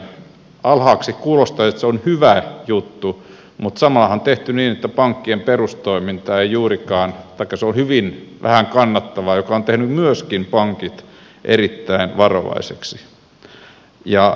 kuulostaa että se on hyvä juttu mutta samallahan on käynyt niin että pankkien perustoiminta on hyvin vähän kannattavaa joka on tehnyt myöskin pankit erittäin varovaisiksi